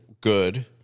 good